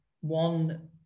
one